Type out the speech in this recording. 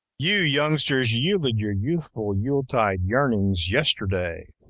you youngsters yielded your youthful yule-tide yearnings yesterday.